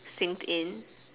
sinked in